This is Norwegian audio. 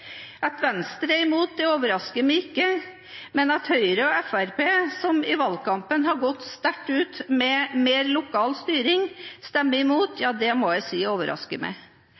At Venstre er imot, overrasker meg ikke, men at Høyre og Fremskrittspartiet, som i valgkampen gikk sterkt ut med mer lokal styring, stemmer imot, må jeg si overrasker meg. Ja, når Fremskrittspartiet til og med